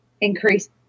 increase